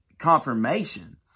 confirmation